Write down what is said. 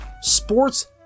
sports